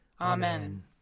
Amen